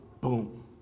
Boom